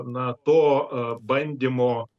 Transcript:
na to bandymo